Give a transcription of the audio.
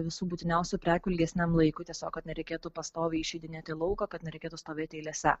visų būtiniausių prekių ilgesniam laikui tiesiog kad nereikėtų pastoviai išeidinėt į lauką kad nereikėtų stovėt eilėse